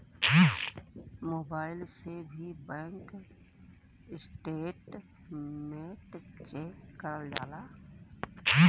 mobile से भी bank statement check करल जाला